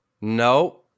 No